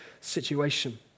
situation